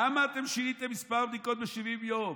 כמה אתם שיניתם את מספר הבדיקות ב-70 יום?